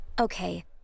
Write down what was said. Okay